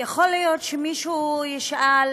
יכול להיות שמישהו ישאל: